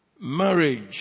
marriage